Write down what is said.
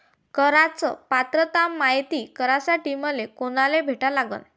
कराच पात्रता मायती करासाठी मले कोनाले भेटा लागन?